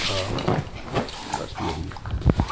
اور بس یہی